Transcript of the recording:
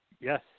Yes